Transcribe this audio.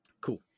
cool